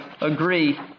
agree